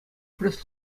пресс